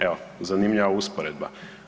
Evo, zanimljiva usporedba.